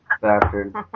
bastard